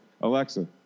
Alexa